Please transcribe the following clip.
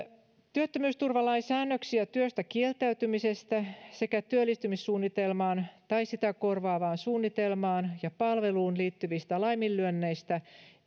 työttömyysturvalain säännöksiä työstä kieltäytymisestä sekä työllistymissuunnitelmaan tai sitä korvaavaan suunnitelmaan ja palveluun liittyvistä laiminlyönneistä